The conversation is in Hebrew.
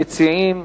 ראשון המציעים,